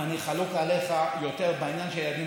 אם אני חלוק עליך יותר בעניין של ילדים